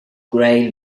grey